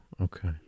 okay